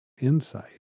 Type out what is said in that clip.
insight